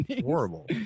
Horrible